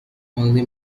only